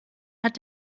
hat